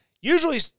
Usually